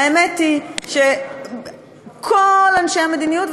האמת היא שכל אנשי המדיניות,